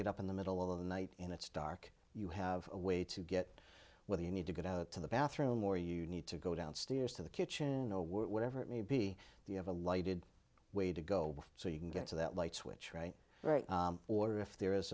get up in the middle of the night and it's dark you have a way to get where you need to get out to the bathroom or you need to go downstairs to the kitchen no whatever it may be the have a lighted way to go so you can get to that light switch right or if there